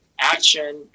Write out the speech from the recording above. Action